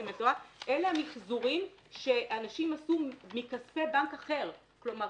אלו המיחזורים שאנשים עשו מכספי בנק אחר כלומר,